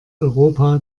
europa